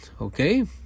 okay